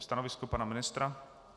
Stanovisko pana ministra?